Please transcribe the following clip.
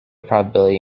probability